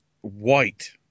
White